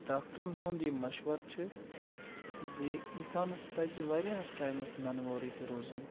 ڈاکٹرٛن ہُنٛد یہِ مَشوَرٕ چھُ زِ اِنسانَس پَزِ واریاہَس ٹایمَس نَنہٕ وورٕے تہِ روزُن